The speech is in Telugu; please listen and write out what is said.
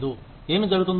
ఏమి జరుగుతుందో చూడండి